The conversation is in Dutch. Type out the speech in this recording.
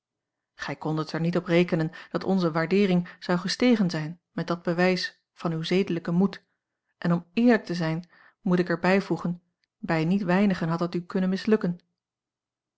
gij kondet er niet op rekenen dat onze waardeering zou gestegen zijn met dat bewijs van uw zedelijken moed en om eerlijk te zijn moet ik er bijvoegen bij niet weinigen had dat u kunnen mislukken